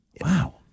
Wow